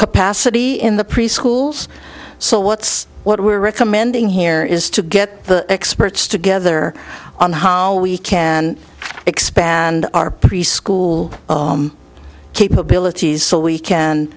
capacity in the preschools so what's what we're recommending here is to get the experts together on how we can expand our preschool capabilities so we can